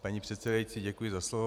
Paní předsedající, děkuji za slovo.